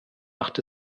macht